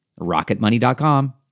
RocketMoney.com